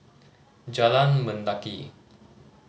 Jalan Mendaki